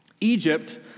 Egypt